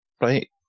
Right